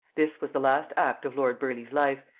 this was the last act of lord burleigh's life,